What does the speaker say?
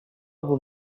will